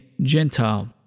Gentile